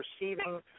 receiving